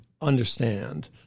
understand